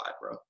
bro